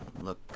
look